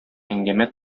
әңгәмә